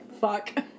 Fuck